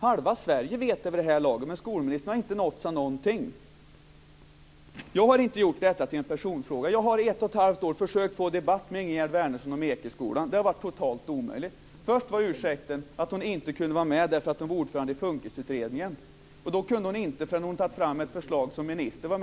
Halva Sverige vet detta vid det här laget, men skolministern har inte nåtts av någonting. Jag har inte gjort detta till en personfråga. Jag har i ett och ett halvt år försökt få en debatt med Ingegerd Wärnersson om Ekeskolan, men det har varit totalt omöjligt. Först var ursäkten att hon inte kunde delta därför att hon var ordförande i FUNKIS-utredningen. Hon kunde inte delta i debatten förrän hon hade tagit fram ett förslag som minister.